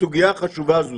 לסוגיה חשובה זו."